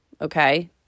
Okay